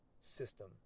system